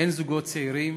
הן זוגות צעירים